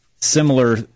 similar